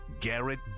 Garrett